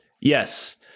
yes